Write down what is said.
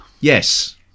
Yes